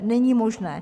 Není možné.